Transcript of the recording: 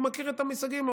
הוא מכיר את המושגים,